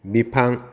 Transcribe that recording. बिफां